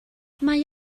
mae